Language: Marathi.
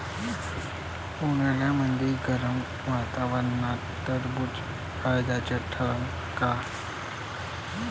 उन्हाळ्यामदल्या गरम वातावरनात टरबुज फायद्याचं ठरन का?